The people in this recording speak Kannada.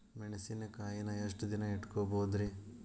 ಮೆಣಸಿನಕಾಯಿನಾ ಎಷ್ಟ ದಿನ ಇಟ್ಕೋಬೊದ್ರೇ?